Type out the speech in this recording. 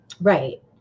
Right